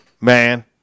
man